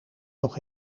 nog